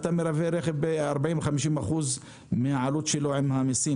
אתה מייבא רכב ב-40%, 50% מהעלות שלו עם המיסים.